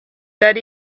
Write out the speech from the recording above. that